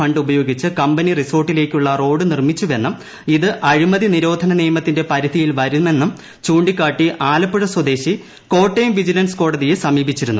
fund ഉപയോഗിച്ച് company റിസോർട്ടിലേക്കുള്ള road നിർമ്മിച്ചുവെന്നും ഇത് അഴിമതി നിരോധന നിയമത്തിന്റെ പരിധിയിൽ വരുമെന്നും ചൂണ്ടിക്കാട്ടി ആലപ്പുഴ കോട്ടയം വിജിലൻസ് കോടതിയെ സ്വദേശി സമീപിച്ചിരുന്നു